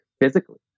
physically